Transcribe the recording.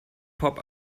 pop